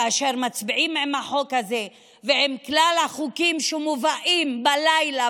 כאשר אתם מצביעים עם החוק הזה ועל כלל החוקים שמובאים בלילה,